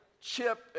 chip